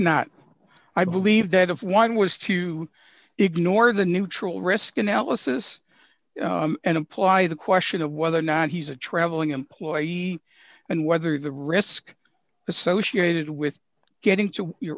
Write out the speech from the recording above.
not i believe that if one was to ignore the neutral risk analysis and apply the question of whether or not he's a traveling employee and whether the risk associated with getting to your